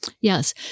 Yes